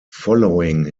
following